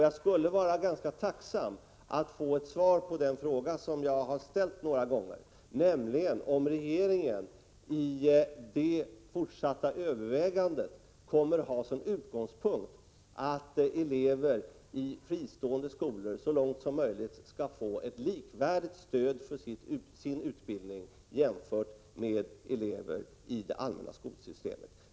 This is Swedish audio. Jag skulle vara ganska tacksam för ett svar på den fråga jag har ställt några gånger, nämligen om regeringen i det fortsatta övervägandet kommer att ha som utgångspunkt att elever i fristående skolor så långt som möjligt skall jämfört med elever i det allmänna skolsystemet få ett likvärdigt stöd för sin utbildning.